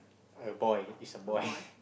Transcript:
a boy it's a boy